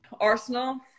Arsenal